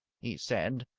he said.